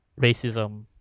racism